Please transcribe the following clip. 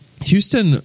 Houston